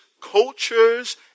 cultures